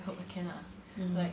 I hope I can ah like